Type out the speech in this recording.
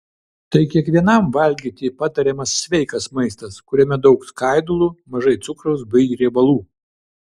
tai kiekvienam valgyti patariamas sveikas maistas kuriame daug skaidulų mažai cukraus bei riebalų